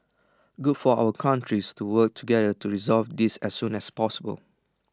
good for our countries to work together to resolve this as soon as possible